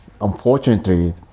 unfortunately